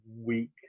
week